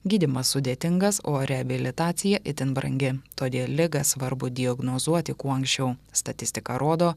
gydymas sudėtingas o reabilitacija itin brangi todėl ligą svarbu diagnozuoti kuo anksčiau statistika rodo